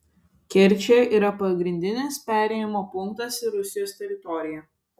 kerčė yra pagrindinis perėjimo punktas į rusijos teritoriją